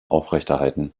aufrechterhalten